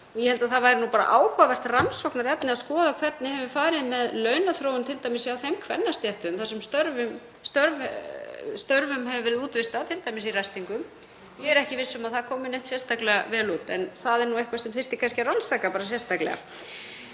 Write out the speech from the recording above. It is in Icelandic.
ég held að það væri nú bara áhugavert rannsóknarefni að skoða hvernig farið hefur með launaþróun t.d. hjá þeim kvennastéttum þar sem störfum hefur verið útvistað, t.d. í ræstingum. Ég er ekki viss um að það komi neitt sérstaklega vel út. En það er eitthvað sem þyrfti kannski að rannsaka sérstaklega.